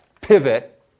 pivot